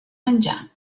menjar